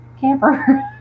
camper